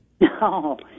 No